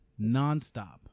nonstop